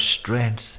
strength